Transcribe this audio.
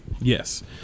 Yes